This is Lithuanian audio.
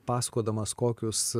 pasakodamas kokius